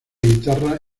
guitarra